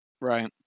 Right